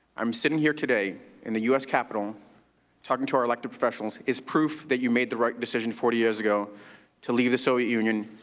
i am sitting here today in the u s. capitol talking to our elected professionals is proof you made the right decision forty years ago to leave the soviet union,